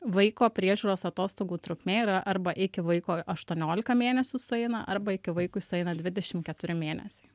vaiko priežiūros atostogų trukmė yra arba iki vaikui aštuoniolika mėnesių sueina arba iki vaikui sueina dvidešimt keturi mėnesiai